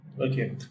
Okay